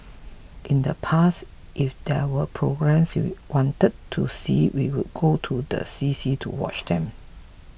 in the past if there were programmes we wanted to see we would go to the C C to watch them